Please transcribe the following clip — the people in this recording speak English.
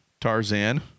Tarzan